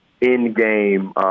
in-game